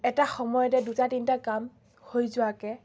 এটা সময়তে দুটা তিনিটা কাম হৈ যোৱাকৈ